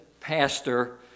pastor